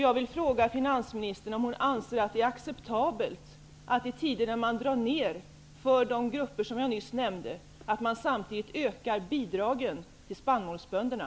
Jag vill fråga finansministern om hon anser det vara acceptabelt att, i tider när man gör nedskärningar för de grupper som jag nyss nämnde, samtidigt öka bidragen till spannmålsbönderna?